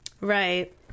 Right